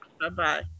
Bye-bye